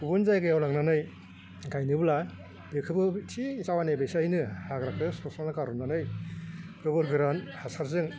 गुबुन जायगायाव लांनानै गायनोब्ला बेखौबो थि जावैनाय बायसायैनो हाग्राखौ सावस्रांना गारहरनानै गोबोर गोरान हासारजों